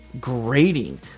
grating